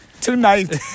tonight